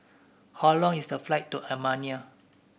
how long is the flight to Armenia